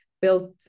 built